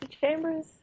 Chambers